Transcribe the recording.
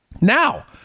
Now